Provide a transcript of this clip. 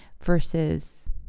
versus